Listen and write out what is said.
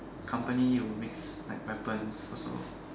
company who makes like weapons also